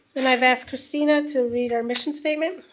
and i've asked kristina to lead our mission statement.